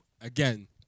Again